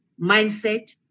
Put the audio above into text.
mindset